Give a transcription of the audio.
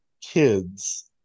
kids